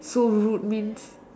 so rude means